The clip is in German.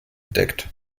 entdeckt